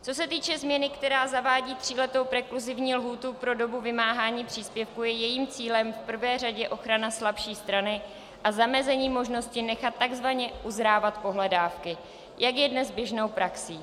Co se týče změny, která zavádí tříletou prekluzivní lhůtu pro dobu vymáhání příspěvku, je jejím cílem v prvé řadě ochrana slabší strany a zamezení možnosti nechat takzvaně uzrávat pohledávky, jak je dnes běžnou praxí.